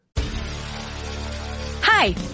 Hi